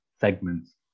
segments